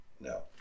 no